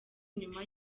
nyuma